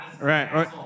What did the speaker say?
Right